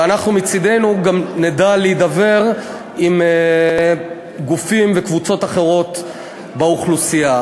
ואנחנו מצדנו גם נדע להידבר עם גופים וקבוצות אחרות באוכלוסייה.